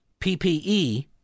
PPE